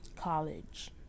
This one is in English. college